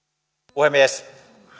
puhemies